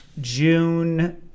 june